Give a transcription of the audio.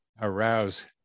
arouse